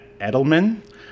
Edelman